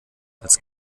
als